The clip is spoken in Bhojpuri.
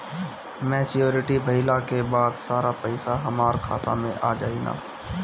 मेच्योरिटी भईला के बाद सारा पईसा हमार खाता मे आ जाई न?